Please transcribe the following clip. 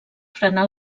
frenar